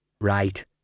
Right